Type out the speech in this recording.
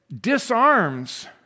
disarms